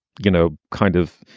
you know, kind of